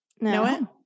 No